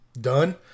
done